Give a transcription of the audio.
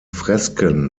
fresken